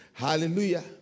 Hallelujah